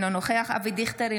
אינו נוכח אבי דיכטר,